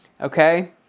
okay